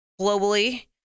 globally